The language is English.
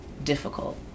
difficult